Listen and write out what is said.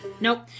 nope